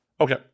Okay